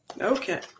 Okay